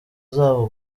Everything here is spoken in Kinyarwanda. zabo